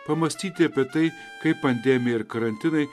pamąstyti apie tai kaip pandemija ir karantinai